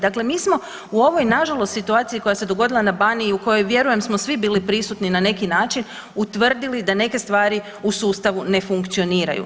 Dakle, mi smo u ovoj nažalost situaciji koja se dogodila na Baniji u kojoj vjerujem smo svi bili prisutni na neki način utvrdili da neke stvari u sustavu ne funkcioniraju.